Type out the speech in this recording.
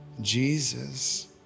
Jesus